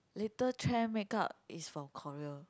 later trend make up is from Korea